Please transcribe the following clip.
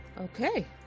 Okay